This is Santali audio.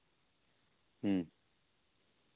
ᱦᱮᱸ